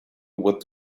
what